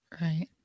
Right